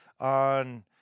on